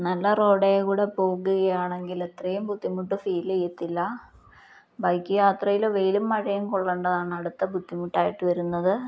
നല്ല റോഡേൽ കൂടെ പോകുകയാണെങ്കിൽ ഇത്രയും ബുദ്ധിമുട്ട് ഫീല് ചെയ്യത്തില്ല ബൈക്ക് യാത്രയിൽ വെയിലും മഴയും കൊള്ളേണ്ടതാണ് അടുത്ത ബുദ്ധിമുട്ടായിട്ട് വരുന്നത്